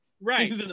Right